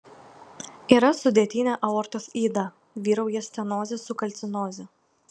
yra sudėtinė aortos yda vyrauja stenozė su kalcinoze